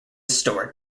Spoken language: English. stored